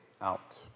out